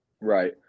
Right